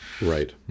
right